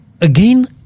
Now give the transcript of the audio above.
again